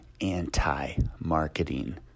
anti-marketing